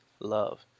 Love